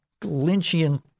Lynchian